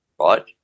right